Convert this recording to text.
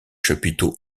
chapiteaux